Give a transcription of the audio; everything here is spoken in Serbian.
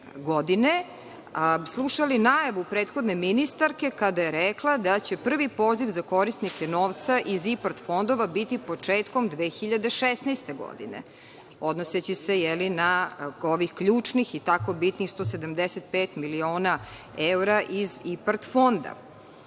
godine slušali najavu prethodne ministarke kada je rekla da će prvi poziv za korisnike novca IPARD fondova biti početkom 2016. godine, odnoseći se na ovih ključnih i tako bitnih 175 miliona evra iz IPARD fonda. Kada